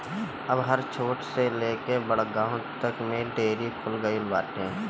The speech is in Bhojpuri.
अब हर छोट से लेके बड़ गांव तक में डेयरी खुल गईल बाटे